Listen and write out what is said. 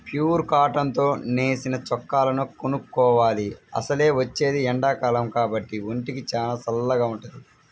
pure cotton తో నేసిన చొక్కాలను కొనుక్కోవాలి, అసలే వచ్చేది ఎండాకాలం కాబట్టి ఒంటికి చానా చల్లగా వుంటది